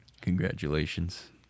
Congratulations